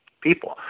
people